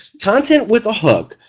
content with a hook,